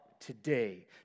today